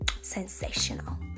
Sensational